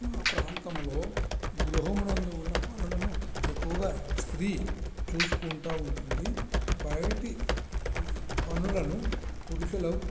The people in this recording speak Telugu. మా ప్రాంతంలో గృహమునందు ఉన్న పనులను ఎక్కువగా స్త్రీ చూసుకుంటూ ఉంటుంది బయట పనులను పురుషులు